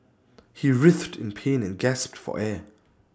he writhed in pain and gasped for air